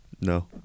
No